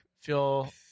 feel –